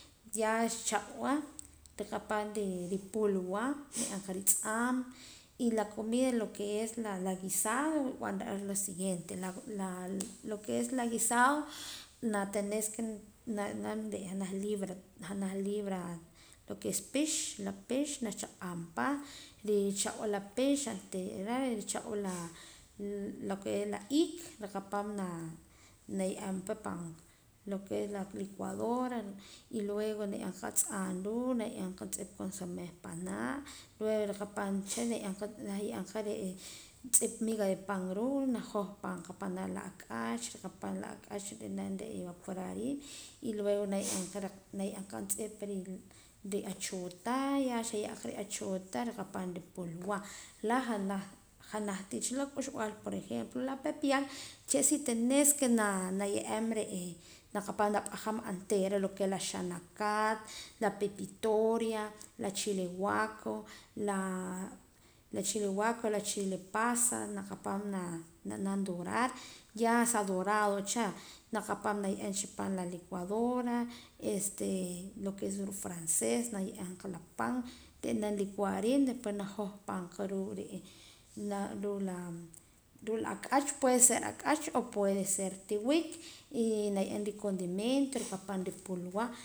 Ya xchaq' wa riqapaam ripulwa na ye'eem qa ritz'aam la comida lo que es la guisado rib'an ra la siguiente lo que es la guisado na tenes que na naam janaj libra janaj libra lo que es pix la pix na chaq'am pa richaq' wa la pix oontera richaq' wa lo que es la iik ri qapaam na ye'eem pa pan lo que es la licuadora y luego na ye'eem qa atz'aam ruu' na ye'eem qa juntz'ip consome panaa' luego riqapan cha naye'eem qa na ye'eem qa miga de pan ruu' na jojpaam qa panaa' la ak'ach rikapaam rinaam vaporar riim luego na ye'eem qa juntz'ip riachoota ya xaye' qa riachoota rikapaam ripulwa la junaj cha k'uxb'al loo' por ejemplo la pepián uche' sí tenes que na ye'eem re' naqapaam na p'ajaam oontera la xanaakat la pepitoria la chile guaco la chile guaco la chile pasa naqapaam nab'anam dorar ya sa dorado cha naqapaam nay'eem pan la licuadora este lo que es ruu' frances na ye'eem qa la pan nrib'anam licuar riim después na jojpaam qa ruu' la ak'acha puede ser ak'ach o puede ser tiwik y na ye'eem ricondimento qapan ripulwa